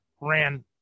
ran